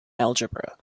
algebra